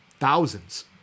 thousands